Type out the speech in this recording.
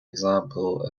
example